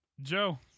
Joe